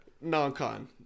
non-con